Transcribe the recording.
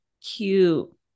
cute